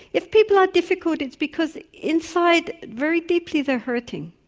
if people are difficult it's because inside very deeply they're hurting.